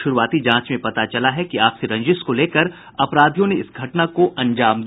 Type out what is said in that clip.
शुरूआती जांच में पता चला है कि आपसी रंजिश को लेकर अपराधियों ने इस घटना को अंजाम दिया